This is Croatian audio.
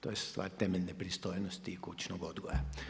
To je stvar temeljne pristojnosti i kućnog odgoja.